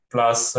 Plus